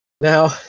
Now